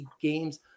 games